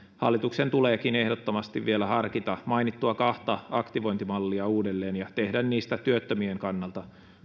hallituksen tuleekin ehdottomasti vielä harkita kahta mainittua aktivointimallia uudelleen ja tehdä niistä työttömien kannalta